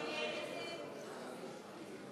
ההסתייגות (20)